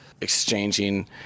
exchanging